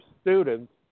students